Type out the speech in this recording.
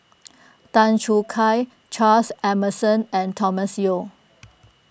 Tan Choo Kai Charles Emmerson and Thomas Yeo